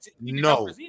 no